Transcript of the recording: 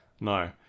No